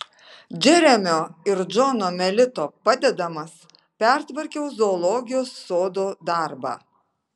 džeremio ir džono melito padedamas pertvarkiau zoologijos sodo darbą